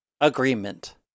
Agreement